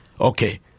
okay